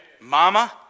Mama